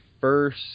first